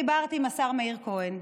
אני דיברתי עם השר מאיר כהן.